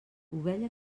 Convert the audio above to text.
ovella